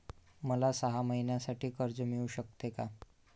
मला सहा महिन्यांसाठी कर्ज मिळू शकते का?